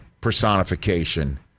personification